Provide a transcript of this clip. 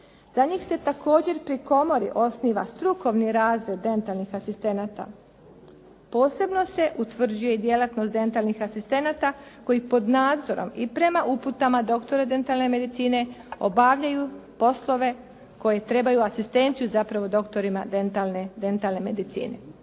Za njih se također pri komori osniva strukovni razred dentalnih asistenata. Posebno se utvrđuje djelatnost dentalnih asistenata koji pod nadzorom i prema uputama doktora dentalne medicine obavljaju poslove koje trebaju asistenciju zapravo doktorima dentalne medicine.